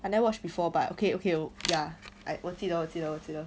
I never watch before but okay okay ya I 我记得我记得我记得